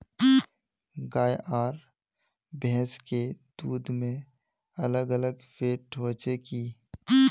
गाय आर भैंस के दूध में अलग अलग फेट होचे की?